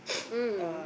mm